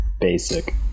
Basic